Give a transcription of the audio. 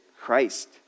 Christ